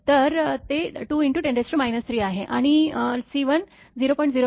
तर ते 2×10 3 आहे आणि C1 0